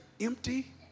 empty